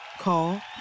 Call